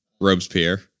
robespierre